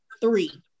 three